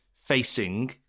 Facing